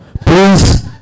Please